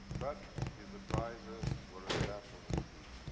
but, his advisors were as baffled as he.